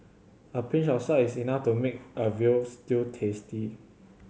a pinch of salt is enough to make a veal stew tasty